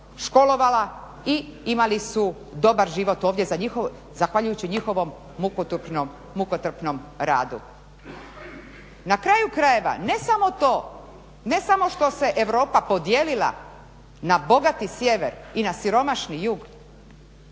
školovala i imali su dobar život ovdje zahvaljujući njihovom mukotrpnom radu. Na kraju krajeva, ne samo to, ne samo što se Europa podijelila na bogati sjever i na siromašni jug,